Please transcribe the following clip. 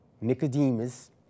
Nicodemus